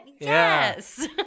Yes